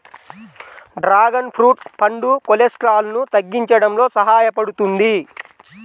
dragon fruit పండు కొలెస్ట్రాల్ను తగ్గించడంలో సహాయపడుతుంది